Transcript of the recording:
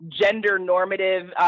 gender-normative